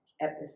episode